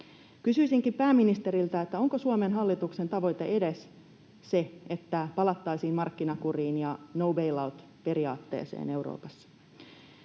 Kysyisinkin pääministeriltä: onko Suomen hallituksen tavoite edes se, että palattaisiin markkinakuriin ja no bail-out ‑periaatteeseen Euroopassa?